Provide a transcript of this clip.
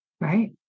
Right